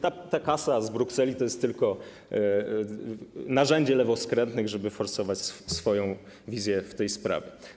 Ta kasa z Brukseli to tylko narzędzie lewoskrętnych, żeby forsować swoją wizję w tej sprawie.